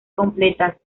completas